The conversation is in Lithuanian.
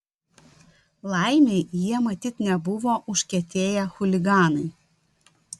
laimei jie matyt nebuvo užkietėję chuliganai